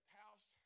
house